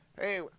Hey